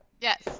Yes